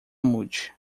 mude